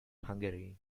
hungary